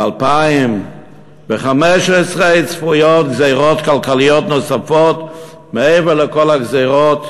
וב-2015 צפויות גזירות כלכליות נוספות מעבר לכל הגזירות,